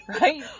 Right